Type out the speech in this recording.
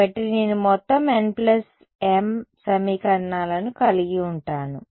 కాబట్టి నేను మొత్తం nm సమీకరణాలను కలిగి ఉంటాను